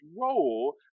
role